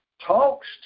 talks